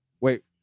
Wait